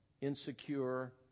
insecure